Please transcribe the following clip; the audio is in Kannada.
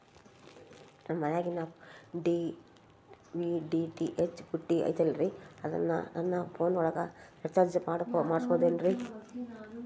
ನಮ್ಮ ಮನಿಯಾಗಿನ ಟಿ.ವಿ ಡಿ.ಟಿ.ಹೆಚ್ ಪುಟ್ಟಿ ಐತಲ್ರೇ ಅದನ್ನ ನನ್ನ ಪೋನ್ ಒಳಗ ರೇಚಾರ್ಜ ಮಾಡಸಿಬಹುದೇನ್ರಿ?